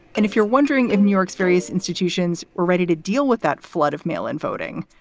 and if you're wondering if new york's various institutions were ready to deal with that flood of mail in voting,